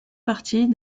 partie